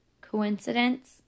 Coincidence